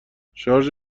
شارژ